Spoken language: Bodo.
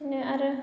बिदिनो आरो